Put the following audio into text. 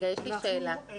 יש לי שאלה קטנה.